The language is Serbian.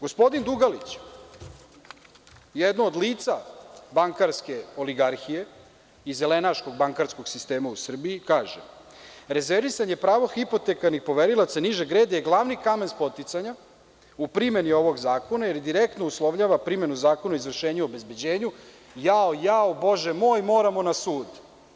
Gospodin Dugalić, jedno od lica bankarske oligarhije i zelenaškog bankarskog sistema u Srbiji, kaže: „rezervisanje pravo hipotekarnih poverilaca nižeg reda je glavni kamen spoticanja u primeni ovog Zakona, jer direktno uslovljava primenu Zakona o izvršenju i obezbeđenju, jao, jao, bože moj moramo na sud.